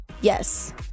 Yes